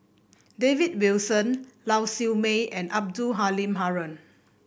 David Wilson Lau Siew Mei and Abdul Halim Haron